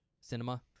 cinema